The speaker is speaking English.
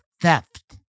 theft